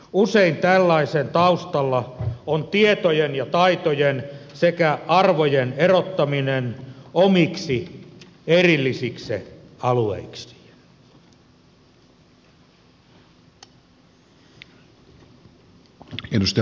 usein tällaisen taustalla on tietojen ja taitojen sekä arvojen erottaminen omiksi erillisiksi alueiksi